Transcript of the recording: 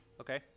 Okay